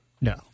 No